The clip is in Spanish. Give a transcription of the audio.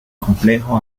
complejo